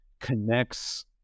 connects